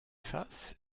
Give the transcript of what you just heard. face